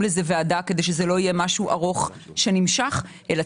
לזה ועדה כדי שזה לא יהיה משהו ארוך שנמשך אלא